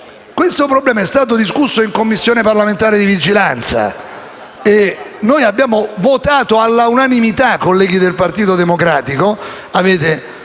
Questo problema è stato discusso in Commissione parlamentare di vigilanza RAI e abbiamo votato all'unanimità. Colleghi del Partito Democratico, voi avete